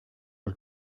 was